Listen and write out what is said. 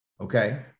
okay